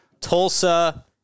Tulsa